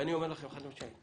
ואני אומר לכם חד משמעית.